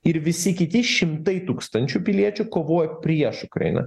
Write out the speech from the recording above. ir visi kiti šimtai tūkstančių piliečių kovoja prieš ukrainą